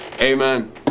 Amen